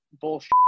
bullshit